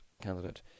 candidate